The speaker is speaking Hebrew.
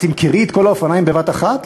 את תמכרי את כל האופניים בבת אחת?